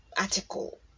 article